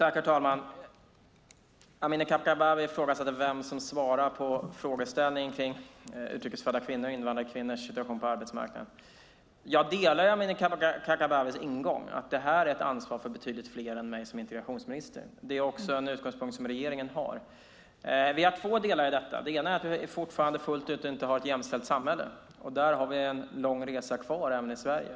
Herr talman! Amineh Kakabaveh kommenterar vem som svarar på frågor om utrikes födda kvinnors, invandrarkvinnors, situation på arbetsmarknaden. Jag håller med om Amineh Kakabavehs ingång, att det här är ett ansvar för betydligt fler än mig som integrationsminister. Det är en utgångspunkt som regeringen har. Det är två delar i detta. Det ena är att vi fortfarande inte har ett fullt ut jämställt samhälle. Där har vi en lång resa kvar även i Sverige.